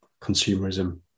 consumerism